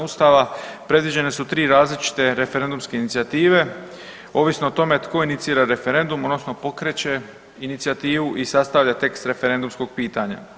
Ustava predviđene su 3 različite referendumske inicijative, ovisno o tome tko inicira referendum odnosno pokreće inicijativu i sastavlja tekst referendumskog pitanja.